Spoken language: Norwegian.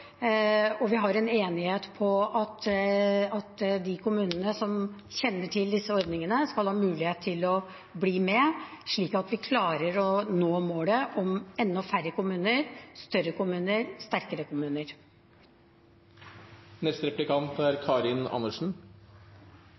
Vi har en enighet om at de kommunene som kjenner til disse ordningene, skal ha mulighet til å bli med, slik at vi klarer å nå målet om enda færre kommuner, større kommuner og sterkere kommuner. Representanten var inne på psykisk helse og pakkeforløp. Nå er